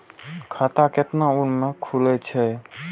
खाता केतना उम्र के खुले छै?